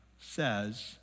says